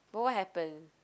but what happen